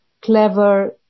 clever